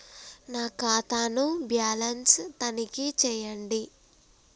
నా ఖాతా ను బ్యాలన్స్ తనిఖీ చేయండి?